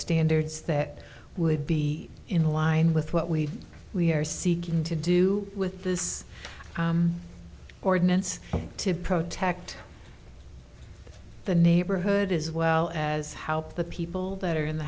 standards that would be in line with what we are seeking to do with this ordinance to protect the neighborhood as well as how the people that are in the